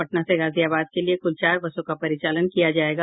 पटना से गाजियाबाद के लिये कुल चार बसों का परिचालन किया जायेगा